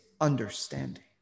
understanding